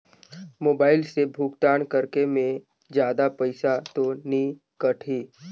Mobile से भुगतान करे मे जादा पईसा तो नि कटही?